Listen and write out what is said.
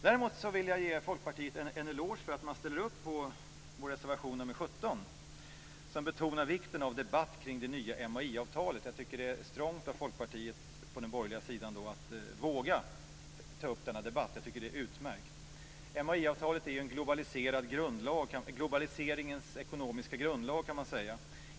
Däremot vill jag ge Folkpartiet en eloge för att man ställer upp på vår reservation 17, som betonar vikten av debatt om det nya MAI-avtalet. Det är strongt av Folkpartiet på den borgerliga sidan att våga ta upp denna debatt. Det är utmärkt. MAI-avtalet är en globaliseringens ekonomiska grundlag.